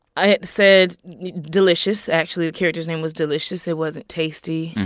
ah it said delicious, actually. the character's name was delicious it wasn't taystee.